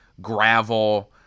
gravel